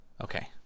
Okay